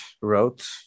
wrote